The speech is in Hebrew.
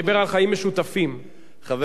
חבר הכנסת אקוניס, ואנחנו תומכים בכך.